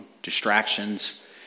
distractions